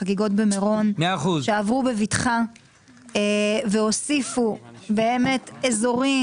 בחגיגות במירון שעברו בבטחה והוסיפו אזורים.